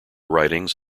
writings